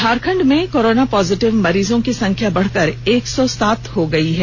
झारखंड में corona positive मरीजों की संख्या बढ़कर एक सौ सात हो गई है